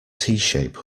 shape